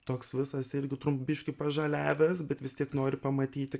toks visas irgi trum biškį pažaliavęs bet vis tiek nori pamatyti